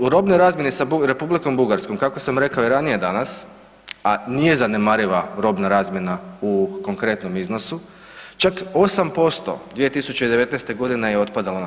U robnoj razmjeni sa Republikom Bugarskom kako sam rekao i ranije danas, a nije zanemariva robna razmjena u konkretnom iznosu čak 8% 2019.g. je otpadala na